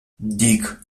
dick